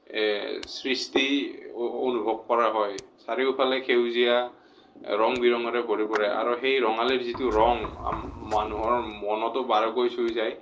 সৃষ্টি অনুভৱ কৰা হয় চাৰিওফালে সেউজীয়া ৰং বিৰঙৰে ভৰি পৰে আৰু সেই ৰঙালীৰ যিটো ৰং মানুহৰ মনতো বাৰুকৈ চুই যায়